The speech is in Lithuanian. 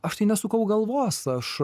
aš tai nesukau galvos aš